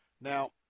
Now